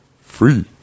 Free